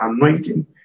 anointing